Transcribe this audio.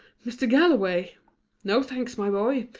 mr. galloway no thanks, my boy.